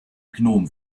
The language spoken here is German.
gnom